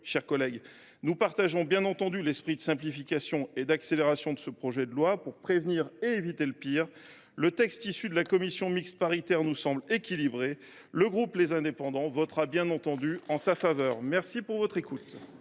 chers collègues, nous partageons bien entendu l’esprit de simplification et d’accélération de ce projet de loi, qui a pour but de prévenir et d’éviter le pire. Le texte issu des travaux de la commission mixte paritaire nous semble équilibré. Le groupe Les Indépendants votera, bien entendu, en sa faveur. Très bien ! La parole